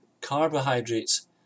Carbohydrates